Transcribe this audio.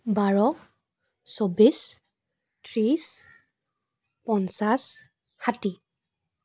বাৰ চৌব্বিছ ত্ৰিছ পঞ্চাছ ষাঠি